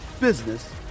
business